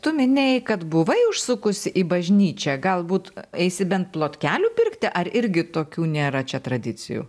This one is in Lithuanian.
tu minėjai kad buvai užsukusi į bažnyčią galbūt eisi bent plotkelių pirkti ar irgi tokių nėra čia tradicijų